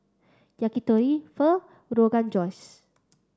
Yakitori Pho Rogan Josh